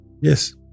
Yes